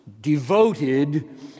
devoted